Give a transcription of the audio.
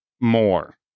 more